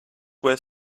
were